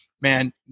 man